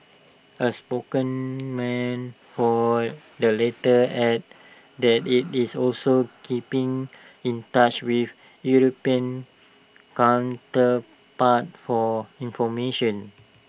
A spokesman for the latter added that IT is also keeping in touch with european counterpart for information